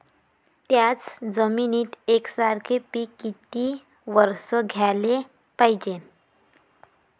थ्याच जमिनीत यकसारखे पिकं किती वरसं घ्याले पायजे?